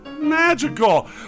magical